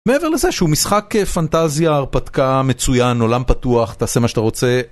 מעבר לזה שהוא משחק פנטזיה, הרפתקה מצוין, עולם פתוח, תעשה מה שאתה רוצה.